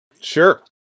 Sure